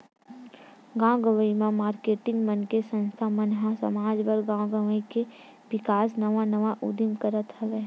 गाँव गंवई म मारकेटिंग मन के संस्था मन ह समाज बर, गाँव गवई के बिकास नवा नवा उदीम करत हवय